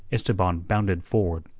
esteban bounded forward,